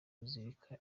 bazilika